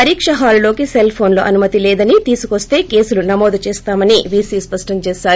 పరీక హాలులోకి సెల్ఫోన్లు అనుమతి లేదని తీసుకోస్త కేసులు నమోదు చేస్తామని వీసీ స్పష్టం చేశారు